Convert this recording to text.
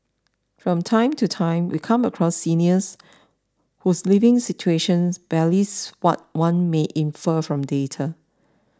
from time to time we come across seniors whose living situations belies what one may infer from data